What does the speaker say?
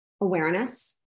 awareness